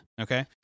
Okay